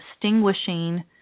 distinguishing